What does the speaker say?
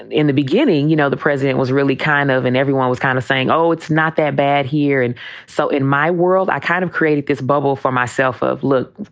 and in the beginning, you know, the president was really kind of and everyone was kind of saying, oh, it's not that bad here. and so in my world, i kind of created this bubble for myself of look,